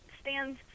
stands